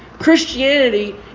Christianity